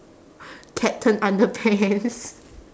captain underpants